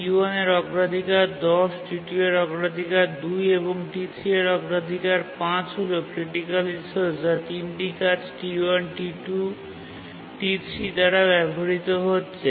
T1 এর অগ্রাধিকার ১০ T2 এর অগ্রাধিকার ২ এবং T3 এর অগ্রাধিকার ৫ হল ক্রিটিকাল রিসোর্স যা তিনটি কাজ T1 T2 T3 দ্বারা ব্যবহৃত হচ্ছে